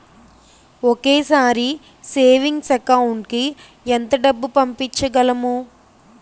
ఒకేసారి savings account కి ఎంత డబ్బు పంపించగలము?